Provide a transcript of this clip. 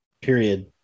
period